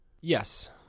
Yes